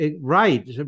right